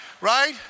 right